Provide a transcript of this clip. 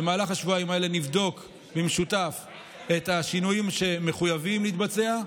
במהלך השבועיים האלה נבדוק במשותף את השינויים שמחויבים להתבצע.